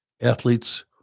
athletes